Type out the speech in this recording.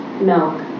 Milk